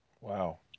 Wow